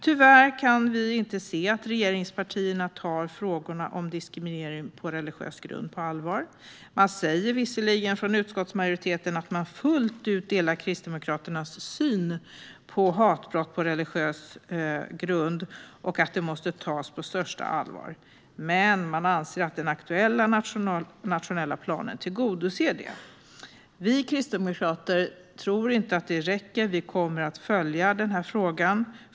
Tyvärr kan vi inte se att regeringspartierna tar frågorna om diskriminering på religiös grund på allvar. Man säger visserligen från utskottsmajoriteten att man fullt ut delar Kristdemokraternas syn på hatbrott på religiös grund och att det måste tas på största allvar. Men man anser att den aktuella nationella planen tillgodoser detta. Vi kristdemokrater tror inte att det räcker. Vi kommer att följa frågan.